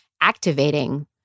activating